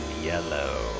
Yellow